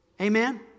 Amen